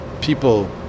people